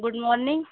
good morning